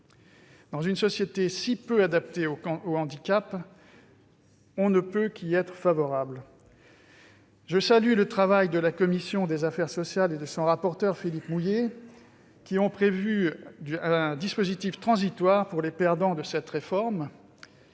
Dans une société si peu adaptée au handicap, on ne peut qu'y être favorable. Je salue le travail de la commission des affaires sociales et de son rapporteur, Philippe Mouiller, qui ont prévu un dispositif transitoire pour les perdants de cette réforme.